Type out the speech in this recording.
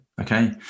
Okay